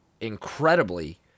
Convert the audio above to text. incredibly